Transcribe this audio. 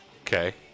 Okay